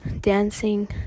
dancing